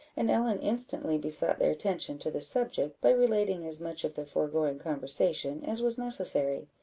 and ellen instantly besought their attention to the subject by relating as much of the foregoing conversation as was necessary.